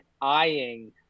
eyeing